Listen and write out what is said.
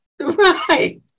Right